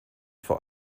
vor